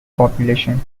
population